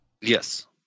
Yes